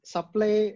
Supply